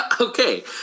Okay